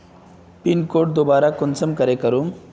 Pin code दोबारा कुंसम करे करूम?